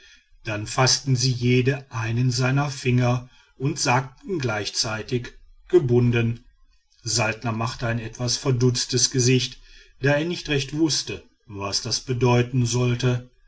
dann faßten sie jede einen seiner finger und sagten gleichzeitig gebunden saltner machte ein etwas verdutztes gesicht da er nicht recht wußte was das bedeuten sollte